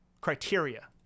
criteria